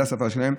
זאת השפה שלהם,